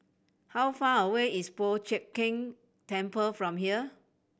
how far away is Po Chiak Keng Temple from here